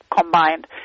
combined